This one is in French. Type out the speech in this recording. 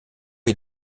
est